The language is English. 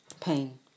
pain